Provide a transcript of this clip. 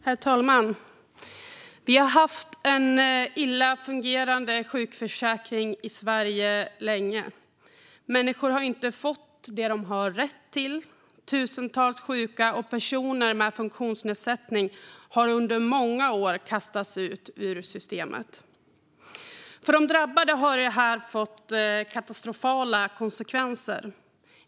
Herr talman! Vi har länge haft en illa fungerande sjukförsäkring i Sverige. Människor har inte fått det de har rätt till, och tusentals sjuka och personer med funktionsnedsättning har under många år kastats ut ur systemet. För de drabbade har detta fått katastrofala konsekvenser.